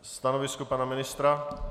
Stanovisko pana ministra?